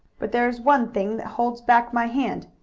but there is one thing that holds back my hand.